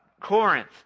Corinth